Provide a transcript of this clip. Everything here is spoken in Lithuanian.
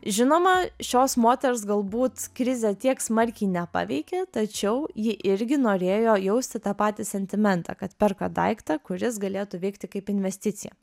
žinoma šios moters galbūt krizė tiek smarkiai nepaveikė tačiau ji irgi norėjo jausti tą patį sentimentą kad perka daiktą kuris galėtų veikti kaip investicija